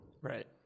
right